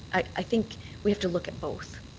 i think we have to look at both.